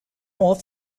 all